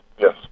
Yes